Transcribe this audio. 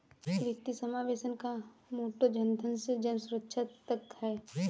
वित्तीय समावेशन का मोटो जनधन से जनसुरक्षा तक है